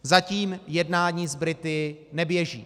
Zatím jednání s Brity neběží.